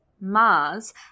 Mars